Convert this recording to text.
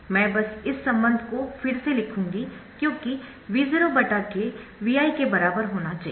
मैं बस इस संबंध को फिर से लिखूंगी क्योंकि V0 बटा k Vi के बराबर होना चाहिए